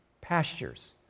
pastures